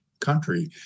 country